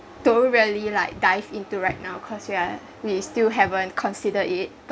don't really like dive into right now cause we are we still haven't considered it but